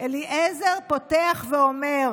אליעזר פותח ואומר: